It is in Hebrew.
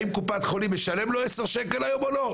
האם קופת החולים משלמת לו עשרה שקלים היום או לא,